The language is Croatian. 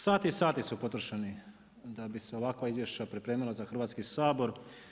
Sati i sati su potrošeni da bi se ovakva izvješća pripremila za Hrvatski sabor.